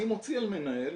אני מוציא על מנהל,